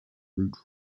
root